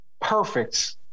perfect